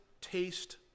taste